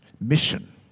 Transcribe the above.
mission